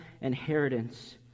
inheritance